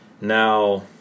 now